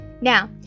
Now